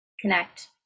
connect